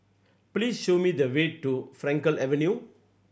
please show me the way to Frankel Avenue